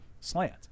slant